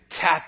tap